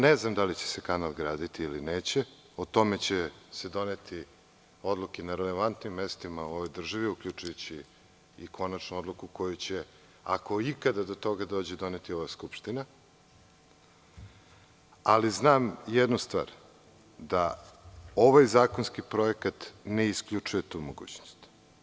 Ne znam da li će se kanal graditi ili neće, o tome će se doneti odluke na relevantnim mestima u ovoj državi, uključujući i konačnu odluku koja će, ako ikada do toga dođe, doneti ova Skupština, ali znam jednu stvar, da ovaj zakonski projekat ne isključuje tu mogućnost.